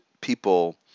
people